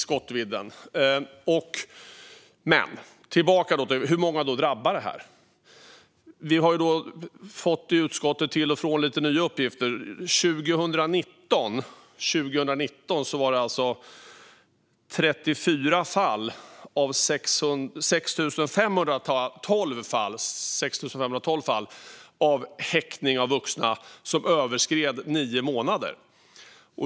Jag vill gå tillbaka till hur många det här drabbar. Vi i utskottet har fått nya uppgifter till och från. År 2019 var det 34 av 6 512 fall av häktning av vuxna som överskred nio månader.